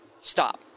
stop